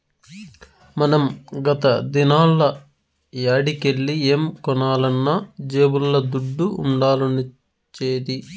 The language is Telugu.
మనం గత దినాల్ల యాడికెల్లి ఏం కొనాలన్నా జేబుల్ల దుడ్డ ఉండాల్సొచ్చేది